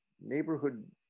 neighborhood